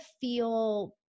feel